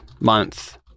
Month